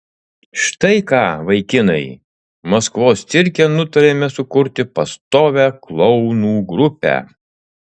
štai ką vaikinai maskvos cirke nutarėme sukurti pastovią klounų grupę